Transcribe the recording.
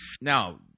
Now